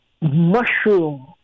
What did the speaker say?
mushroom